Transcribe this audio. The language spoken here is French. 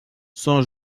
sont